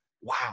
wow